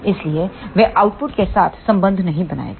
इसलिए वे आउटपुट के साथ संबंध नहीं बनाएंगे